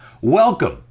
Welcome